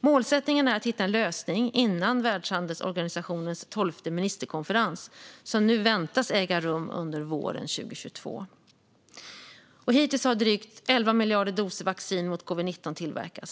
Målsättningen är att hitta en lösning innan Världshandelsorganisationens tolfte ministerkonferens som väntas kommer att äga rum under våren 2022. Hittills har drygt 11 miljarder doser vaccin mot covid-19 tillverkats.